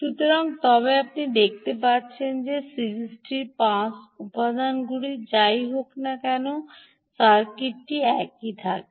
সুতরাং তবে আপনি দেখতে পাচ্ছেন যে সিরিজটি পাস উপাদানটি যাই হোক না কেন সার্কিটটি একই থাকে